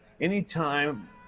anytime